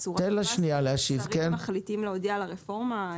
הדרך בה השרים מחליטים להודיע על הרפורמה,